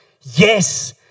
yes